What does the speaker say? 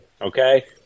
Okay